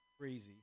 Crazy